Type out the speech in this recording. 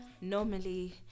normally